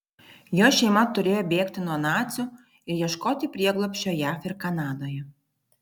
jo šeima turėjo bėgti nuo nacių ir ieškoti prieglobsčio jav ir kanadoje